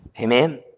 Amen